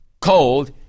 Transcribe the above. cold